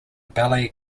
ballet